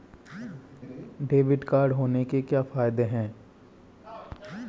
Debit card होने के क्या फायदे हैं?